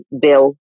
bill